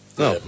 no